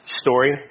story